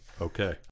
okay